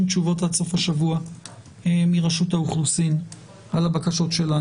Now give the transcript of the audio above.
לקבל תשובות על הבקשות שלנו מרשות האוכלוסין עד סוף השבוע.